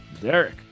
Derek